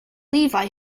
levi